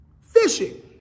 fishing